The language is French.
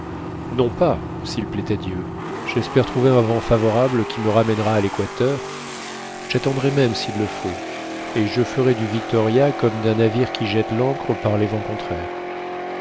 non pas s'il plaît à dieu j'espère trouver un vent favorable qui me ramènera à l'équateur j'attendrai même s'il le faut et je ferai du victoria comme d'un navire qui jette l'ancre par les vents contraires